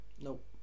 Nope